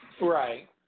Right